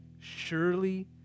Surely